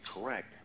correct